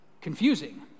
confusing